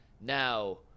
Now